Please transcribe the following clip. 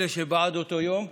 אלה שבעד אותו יום,